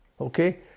Okay